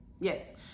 Yes